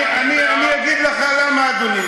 אני פה, אני לא משפיע, אני אגיד לך למה, אדוני.